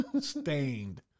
stained